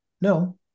No